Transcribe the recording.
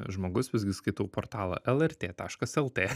žmogus visgi skaitau portalą lrt taškas lt